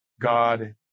God